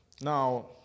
Now